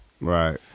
Right